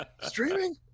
Streaming